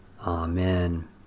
Amen